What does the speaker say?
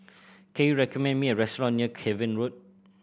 can you recommend me a restaurant near Cavan Road